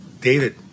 David